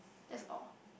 that's all